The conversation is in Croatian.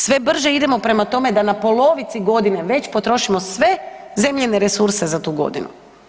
Sve brže idemo prema tome da na polovici godine već potrošimo sve zemljine resurse za tu godinu.